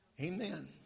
Amen